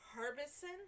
Harbison